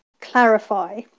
Clarify